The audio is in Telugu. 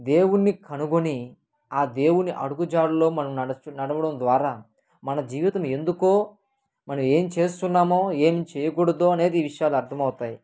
దేవుణ్ణి కనుగొని ఆ దేవుని అడుగుజాడలో మనం నడవడం ద్వారా మన జీవితం ఎందుకో మనం ఏం చేస్తున్నామో ఏం చేయకూడదో అనేది ఈ విషయాలు అర్థమవుతాయి